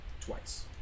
twice